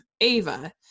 Ava